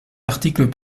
articles